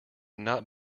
not